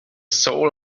soul